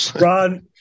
Ron